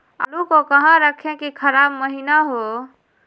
आलू को कहां रखे की खराब महिना हो?